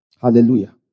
Hallelujah